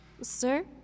Sir